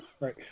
Right